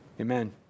Amen